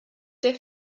der